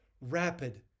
rapid